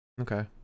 Okay